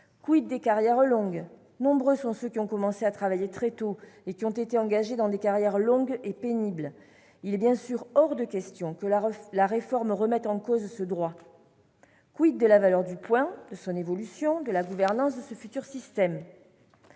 ? des carrières longues ? Nombreux sont ceux qui ont commencé à travailler très tôt et qui ont effectué des carrières longues et pénibles. Il est bien sûr hors de question que la réforme remette en cause leurs droits. de la valeur du point, de son évolution, de la gouvernance du futur système ?